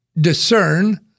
discern